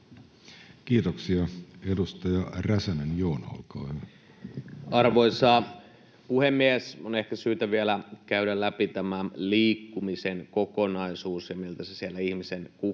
Kiitoksia. — Edustaja Räsänen, Joona, olkaa hyvä. Arvoisa puhemies! On ehkä syytä vielä käydä läpi tämä liikkumisen kokonaisuus ja miltä se siellä ihmisen kukkarossa